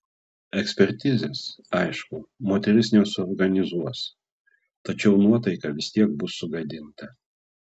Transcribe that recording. ekspertizės aišku moteris nesuorganizuos tačiau nuotaika vis tiek bus sugadinta